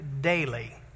daily